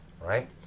Right